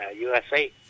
USA